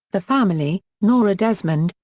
the family, nora desmond,